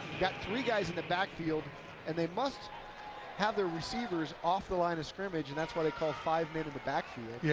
got three guys in the backfield and they must have their receivers off the line of scrimmage. and that's why they called five men in the backfield. yeah